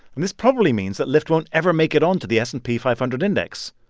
and this probably means that lyft won't ever make it onto the s and p five hundred index.